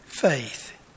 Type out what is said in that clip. faith